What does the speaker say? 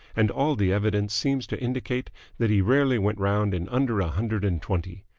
and all the evidence seems to indicate that he rarely went round in under a hundred and twenty.